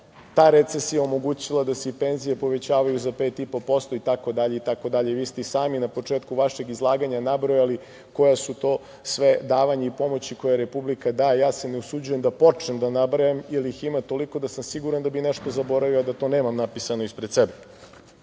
Ta recesija je omogućila da se i penzije povećavaju za 5,5% i tako dalje. Vi ste sami na početku vašeg izlaganja nabrojali koja su sve to davanja i pomoć koju je Republika daje. Ja se ne usuđujem da počnem da nabrajam jer ih ima toliko da sam siguran da bih nešto zaboravio, a to nemam napisano ispred sebe. Jedna